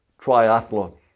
triathlon